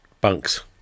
bunks